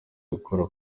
gukora